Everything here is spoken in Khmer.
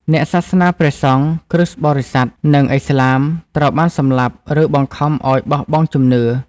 អ្នកសាសនា ព្រះសង្ឃ គ្រិស្តបរិស័ទ និងឥស្លាម ត្រូវបានសម្លាប់ ឬបង្ខំឱ្យបោះបង់ជំនឿ។